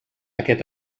aquest